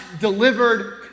delivered